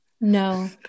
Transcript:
No